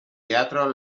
teatro